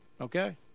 Okay